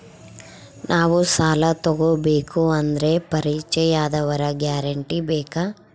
ನಾವು ಸಾಲ ತೋಗಬೇಕು ಅಂದರೆ ಪರಿಚಯದವರ ಗ್ಯಾರಂಟಿ ಬೇಕಾ?